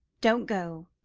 don't go!